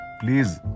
Please